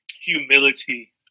Humility